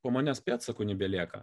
po manęs pėdsakų nebelieka